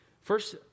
First